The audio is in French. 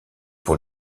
pour